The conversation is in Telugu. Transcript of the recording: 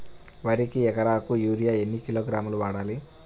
వరికి ఎకరాకు యూరియా ఎన్ని కిలోగ్రాములు వాడాలి?